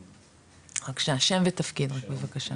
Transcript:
בבקשה, שם ותפקיד רק בבקשה.